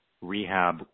rehab